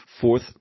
fourth